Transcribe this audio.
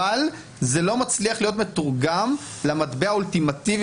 אבל היא לא מצליחה להיות מתורגמת למטבע האולטימטיבי